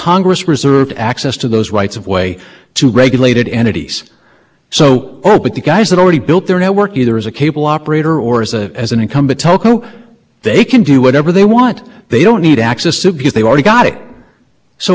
run for the simple reason that you were looking at it in different contexts and here they're coming back and saying a service that you know when they made that broad geographic claim it was in the context of their light touch policy and what we're saying is take a look at what the statute says look at the